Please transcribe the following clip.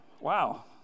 Wow